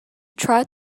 tried